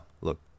look